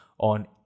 on